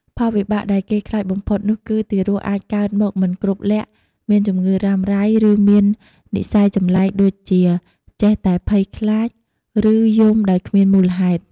ផលវិបាកដែលគេខ្លាចបំផុតនោះគឺ ទារកអាចកើតមកមិនគ្រប់លក្ខណ៍ មានជំងឺរ៉ាំរ៉ៃ ឬមាននិស្ស័យចម្លែកដូចជាចេះតែភ័យខ្លាច ឬយំដោយគ្មានមូលហេតុ។